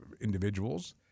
individuals